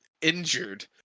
injured